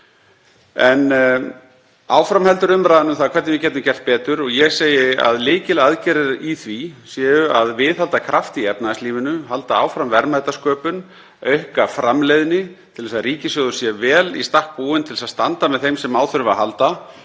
Áfram heldur umræðan um það hvernig við getum gert betur. Ég segi að lykilaðgerðir í því séu að viðhalda krafti í efnahagslífinu, halda áfram verðmætasköpun, auka framleiðni til að ríkissjóður sé vel í stakk búinn til að standa með þeim sem á þurfa að halda.